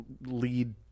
lead